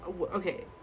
Okay